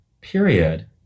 Period